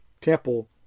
temple